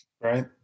Right